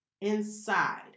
inside